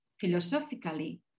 philosophically